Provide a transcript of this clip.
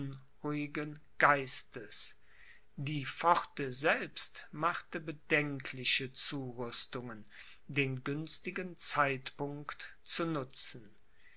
unruhigen geistes die pforte selbst machte bedenkliche zurüstungen den günstigen zeitpunkt zu nutzen